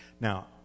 Now